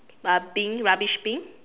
uh bin rubbish bin